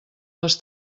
les